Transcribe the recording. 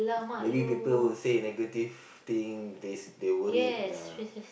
maybe people will say negative thing this they worried ya